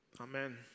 Amen